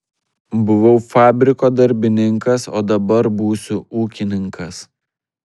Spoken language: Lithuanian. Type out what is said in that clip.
buvau fabriko darbininkas o dabar būsiu ūkininkas